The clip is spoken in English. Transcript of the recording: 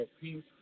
peace